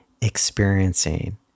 experiencing